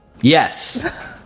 Yes